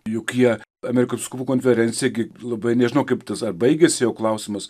juk jie amerikos vyskupų konferencija gi labai nežinau kaip ar baigiasi jo klausimas